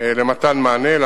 למתן מענה.